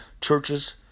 churches